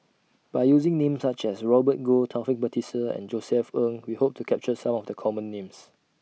By using Names such as Robert Goh Taufik Batisah and Josef Ng We Hope to capture Some of The Common Names